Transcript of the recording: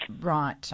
Right